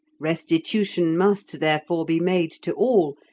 restitution must, therefore, be made to all,